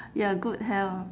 ya good health